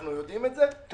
אנחנו יודעים את זה,